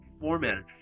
formatted